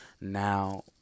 Now